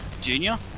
Junior